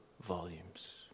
volumes